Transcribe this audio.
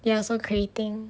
ya so creating